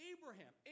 Abraham